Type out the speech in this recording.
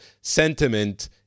sentiment